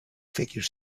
figure